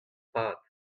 pad